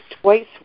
twice